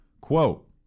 Quote